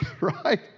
right